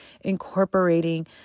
incorporating